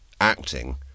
acting